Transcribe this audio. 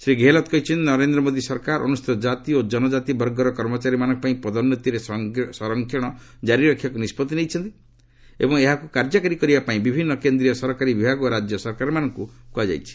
ଶ୍ରୀ ଗେହେଲଟ୍ କହିଛନ୍ତି ନରେନ୍ଦ୍ର ମୋଦି ସରକାର ଅନୁସ୍ଚୀତ ଜାତି ଓ ଜନଜାତି ବର୍ଗର କର୍ମଚାରୀମାନଙ୍କ ପାଇଁ ପଦୋନ୍ନତିରେ ସଂରକ୍ଷଣ କାରି ରଖିବାକୁ ନିଷ୍ପଭି ନେଇଛନ୍ତି ଏବଂ ଏହାକୁ କାର୍ଯ୍ୟକାରି କରିବା ପାଇଁ ବିଭିନ୍ନ କେନ୍ଦ୍ରୀୟ ସରକାରୀ ବିଭାଗ ଓ ରାଜ୍ୟ ସରକାରମାନଙ୍କୁ କୁହାଯାଇଛି